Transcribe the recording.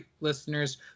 listeners